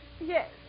Yes